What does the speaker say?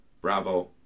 Bravo